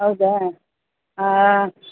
ಹೌದಾ ಹಾಂ